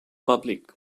public